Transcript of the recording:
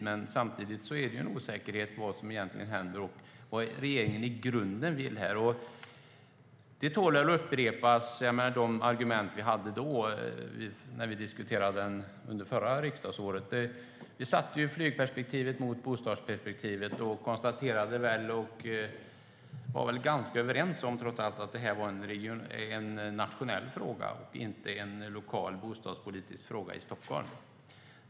Men samtidigt är det en osäkerhet om vad som egentligen händer och vad regeringen i grunden vill här. Det tål väl att upprepa de argument vi hade förra riksdagsåret. Vi satte flygperspektivet mot bostadsperspektivet och var trots allt ganska överens om att det här är en nationell fråga och inte en lokal bostadspolitisk fråga i Stockholm.